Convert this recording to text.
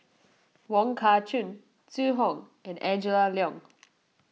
Wong Kah Chun Zhu Hong and Angela Liong